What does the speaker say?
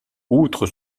outre